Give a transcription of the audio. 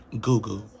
Google